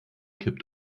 kippt